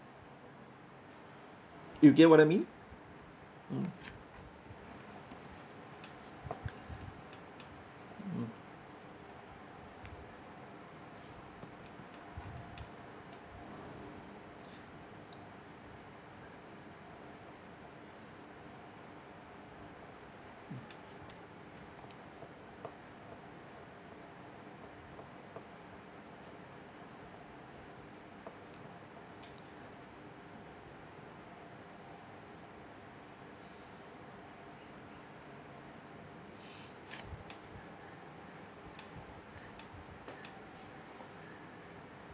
you get what I mean mm mm